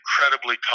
incredibly